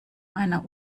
einer